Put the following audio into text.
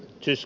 siis